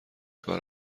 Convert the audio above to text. کار